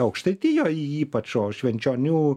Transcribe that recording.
aukštaitijoj ypač o švenčionių